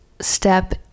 step